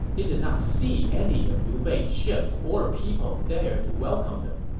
they did not see any of liu bei's ships or people there to welcome them.